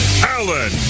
Allen